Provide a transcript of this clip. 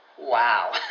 Wow